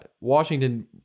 Washington